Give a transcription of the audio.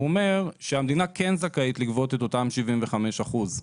הוא אומר שהמדינה כן זכאית לגבות את אותם 75 אחוזים.